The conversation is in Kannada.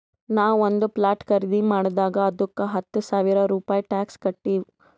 ನಾವು ಒಂದ್ ಪ್ಲಾಟ್ ಖರ್ದಿ ಮಾಡಿದಾಗ್ ಅದ್ದುಕ ಹತ್ತ ಸಾವಿರ ರೂಪೆ ಟ್ಯಾಕ್ಸ್ ಕಟ್ಟಿವ್